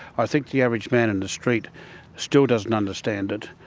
i think the average man in the street still doesn't understand it.